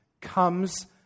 comes